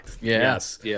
Yes